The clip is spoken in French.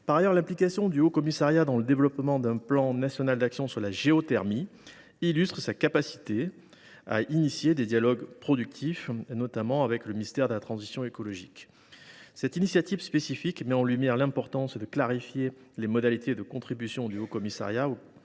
Par ailleurs, l’implication du Haut Commissariat dans le développement d’un plan national d’action pour accélérer le déploiement de la géothermie illustre sa capacité à engager des dialogues productifs, notamment avec le ministère de la transition écologique. Cette initiative spécifique met en lumière l’importance de clarifier les modalités de contribution du Haut Commissariat